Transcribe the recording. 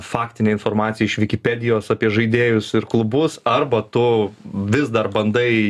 faktine informacija iš vikipedijos apie žaidėjus ir klubus arba tu vis dar bandai